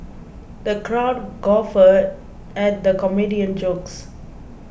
the crowd guffawed at the comedian's jokes